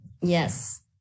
Yes